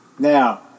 Now